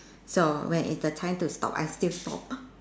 so when it's the time to stop I still stop